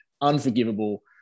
unforgivable